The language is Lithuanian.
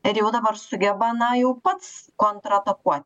ir jau dabar sugeba na jau pats kontratakuoti